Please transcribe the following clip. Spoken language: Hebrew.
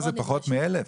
זה פחות מ-1,000.